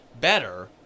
better